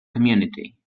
community